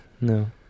No